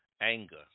Anger